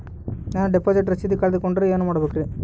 ನಾನು ಡಿಪಾಸಿಟ್ ರಸೇದಿ ಕಳೆದುಹೋದರೆ ಏನು ಮಾಡಬೇಕ್ರಿ?